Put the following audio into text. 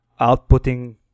outputting